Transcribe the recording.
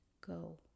go